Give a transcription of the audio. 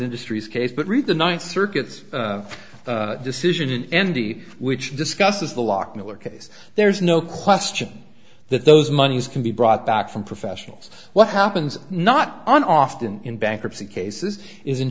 industries case but read the ninth circuit's decision in n d which discusses the locke miller case there's no question that those monies can be brought back from professionals what happens not on often in bankruptcy cases is in